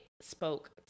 spoke